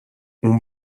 اون